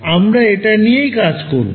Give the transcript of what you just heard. আমরা এটা নিয়েই কাজ করবো